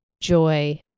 joy